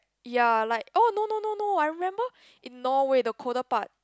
ya like orh no no no no I remember in Norway the colder part